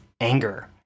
anger